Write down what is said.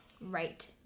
right